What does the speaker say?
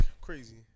crazy